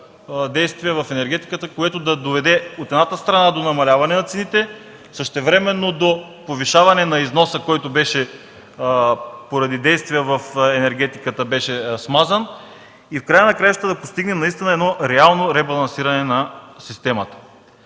действие в енергетиката, което да доведе, от една страна, до намаляване на цените, същевременно до повишаване на износа, който поради действия в енергетиката беше смазан. В края на краищата да постигнем реално ребалансиране на системата.